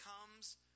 comes